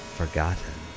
forgotten